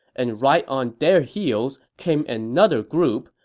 and right on their heels came another group,